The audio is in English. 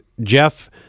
Jeff